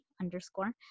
underscore